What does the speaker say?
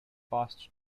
fast